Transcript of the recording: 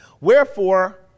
Wherefore